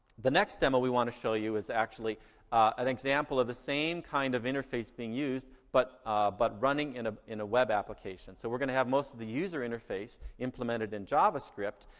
the next demo we want to show you is actually an example of the same kind of interface being used but but running in ah in a web application. so we're gonna have most of the user interface implemented in javascript,